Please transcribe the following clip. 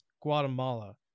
Guatemala